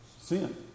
Sin